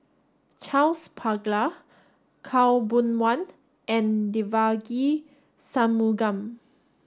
Charles Paglar Khaw Boon Wan and Devagi Sanmugam